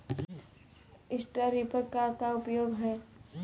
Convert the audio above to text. Straw reaper क का उपयोग ह?